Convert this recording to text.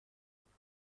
آرامش